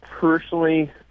personally